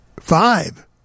Five